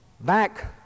back